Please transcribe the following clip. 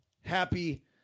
happy